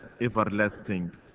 everlasting